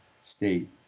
state